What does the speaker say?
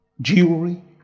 Jewelry